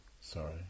Sorry